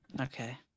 Okay